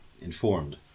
informed